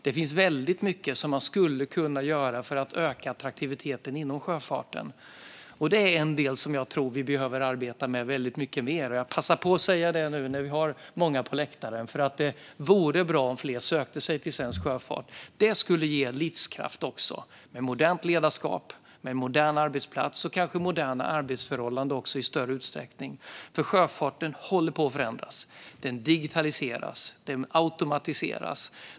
Det finns väldigt mycket man skulle kunna göra för att öka attraktiviteten inom sjöfarten. Det behöver vi arbeta med väldigt mycket mer. Jag passar på att säga det nu när vi har många på läktaren, för det vore bra om fler sökte sig till svensk sjöfart. Det skulle tillsammans med modernt ledarskap, moderna arbetsplatser och kanske moderna arbetsförhållanden i större utsträckning ge livskraft. Sjöfarten håller på att förändras. Den digitaliseras och automatiseras.